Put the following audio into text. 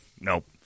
Nope